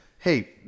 Hey